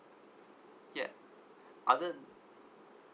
ya other